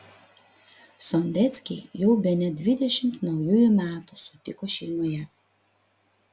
sondeckiai jau bene dvidešimt naujųjų metų sutiko šeimoje